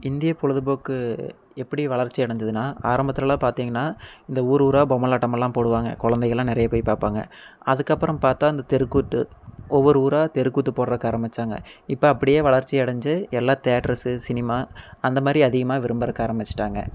இந்தியப் பொழுதுபோக்கு எப்படி வளர்ச்சி அடைஞ்சிதுன்னா ஆரம்பத்துலெலாம் பார்த்திங்கன்னா இந்த ஊரு ஊராக பொம்மலாட்டமெல்லாம் போடுவாங்க கொழந்தைகளாம் நிறைய போய் பார்ப்பாங்க அதுக்கப்புறம் பார்த்தா இந்த தெருக்கூத்து ஒவ்வொரு ஊராக தெருக்கூத்து போடுறதுக்கு ஆரமித்தாங்க இப்போ அப்படியே வளர்ச்சி அடைஞ்சி எல்லாம் தேட்ரஸ்ஸு சினிமா அந்தமாதிரி அதிகமாக விரும்புறதுக்கு ஆரமிச்சுட்டாங்க